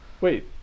Wait